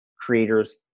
creators